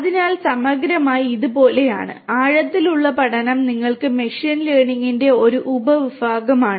അതിനാൽ സമഗ്രമായി ഇത് പോലെയാണ് ആഴത്തിലുള്ള പഠനം നിങ്ങൾക്ക് മെഷീൻ ലേണിംഗിന്റെ ഒരു ഉപവിഭാഗമാണ്